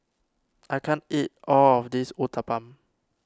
I can't eat all of this Uthapam